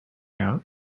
out